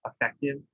effective